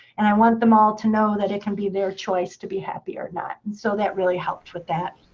and i want them all to know that it can be their choice to be happy or not. and so that really helped with that.